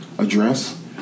Address